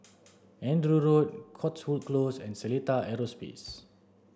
Andrew Road Cotswold Close and Seletar Aerospace